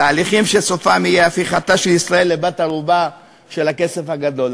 תהליכים שסופם יהיה הפיכתה של ישראל לבת-ערובה של הכסף הגדול,